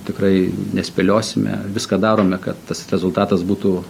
tikrai nespėliosime viską darome kad tas rezultatas būtų